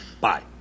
Bye